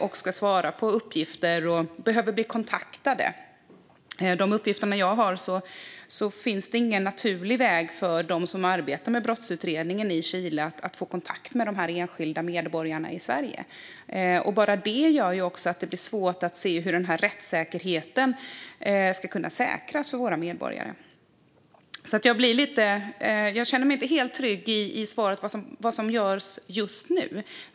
De ska svara på uppgifter och behöver bli kontaktade. Enligt de uppgifter jag har finns det ingen naturlig väg för dem som arbetar med brottsutredningen i Chile att få kontakt med enskilda medborgare i Sverige. Bara det gör att det är svårt att se hur rättssäkerheten ska kunna säkerställas för våra medborgare. Jag känner mig därför inte helt trygg med svaret om vad som görs just nu.